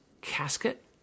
casket